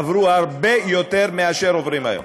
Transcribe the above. עברו הרבה יותר מאשר עוברות היום.